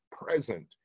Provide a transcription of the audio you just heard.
present